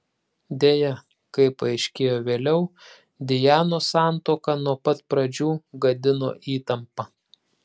deja kaip paaiškėjo vėliau dianos santuoką nuo pat pradžių gadino įtampa